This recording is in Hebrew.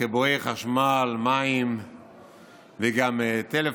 חיבורי חשמל, מים וגם טלפון.